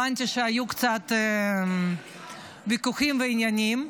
הבנתי שהיו קצת ויכוחים ועניינים.